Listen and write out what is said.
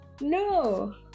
No